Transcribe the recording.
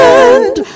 end